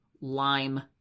lime